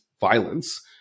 violence